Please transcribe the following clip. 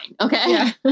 Okay